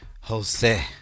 Jose